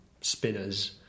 spinners